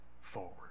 forward